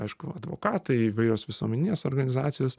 aišku advokatai įvairios visuomeninės organizacijos